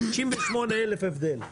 68,000 הבדל.